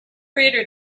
reader